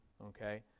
okay